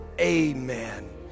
Amen